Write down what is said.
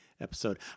episode